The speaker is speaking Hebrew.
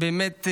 באמת,